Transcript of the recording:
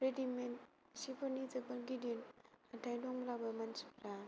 readymade सिफोरनि जोबोद गिदिर हाथाइ दंब्लाबो मानसिफ्रा